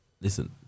Listen